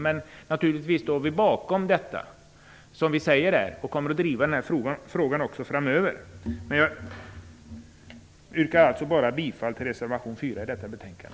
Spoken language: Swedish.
Men naturligtvis står vi bakom vad som sägs här. Vi kommer att driva denna fråga också framöver. Men jag yrkar alltså bara bifall till reservation 4 i detta betänkande.